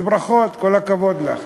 ברכות, כל הכבוד לך.